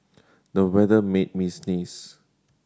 the weather made me sneeze